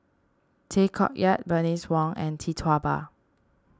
Tay Koh Yat Bernice Wong and Tee Tua Ba